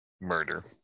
murder